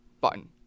button